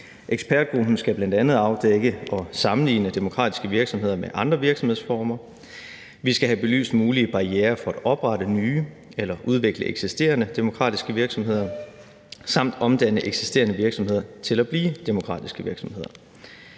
Ekspertgruppen skal bl.a. afdække og sammenligne demokratiske virksomheder med andre virksomhedsformer. Vi skal have belyst mulige barrierer for at oprette nye eller udvikle eksisterende demokratiske virksomheder samt omdanne eksisterende virksomheder til at blive demokratiske virksomheder.